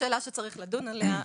יש לדון בה.